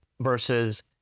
versus